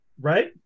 Right